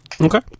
Okay